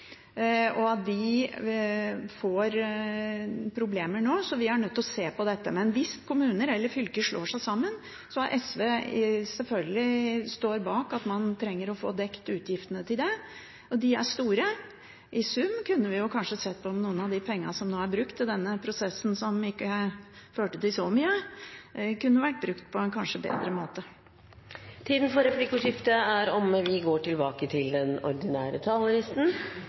noen av de kommunene som er mellomstore. De får nå problemer, så vi er nødt til å se på dette. Men hvis kommuner eller fylker slår seg sammen, står SV selvfølgelig bak at man trenger å få dekt utgiftene til det. De er store. I sum kunne man kanskje sett på om noen av de pengene som er brukt til denne prosessen som ikke førte til så mye, kunne vært brukt på en bedre måte. Replikkordskiftet er omme. Regjeringens mål er sterke, levende lokalsamfunn. Vi